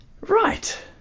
Right